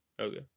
Okay